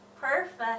Perfect